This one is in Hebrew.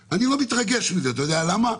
אני לא מתרגש מזה, אתה יודע למה?